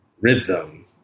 rhythm